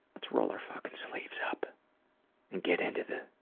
let's roll our fucking sleeves up and get into the